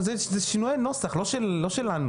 רביזיה.